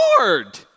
Lord